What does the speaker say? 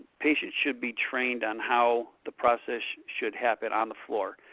patients should be trained on how the process should happen on the floor.